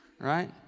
right